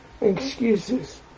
excuses